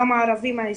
גם הערבים הישראלים.